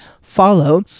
follow